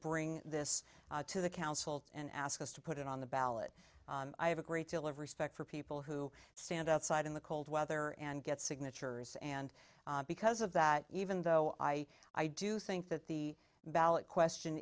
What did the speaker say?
bring this to the council and ask us to put it on the ballot i have a great deal of respect for people who stand outside in the cold weather and get signatures and because of that even though i i do think that the ballot question